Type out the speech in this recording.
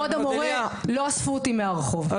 כבוד המורה, לא אספו אותי מהרחוב בסדר?